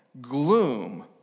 gloom